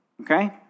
Okay